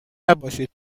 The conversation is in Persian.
نباشید